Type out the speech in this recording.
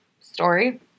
story